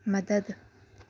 مدد